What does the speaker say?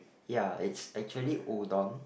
ya it's actually udon